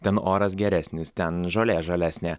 ten oras geresnis ten žolė žalesnė